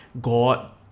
God